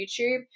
YouTube